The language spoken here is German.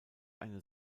eine